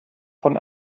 von